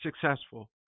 Successful